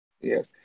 Yes